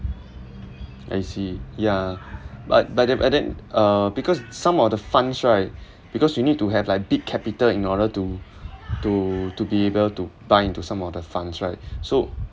I see ya but but then but then uh because some of the funds right because you need to have like big capital in order to to to be able to buy into some of the funds right so